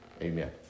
Amen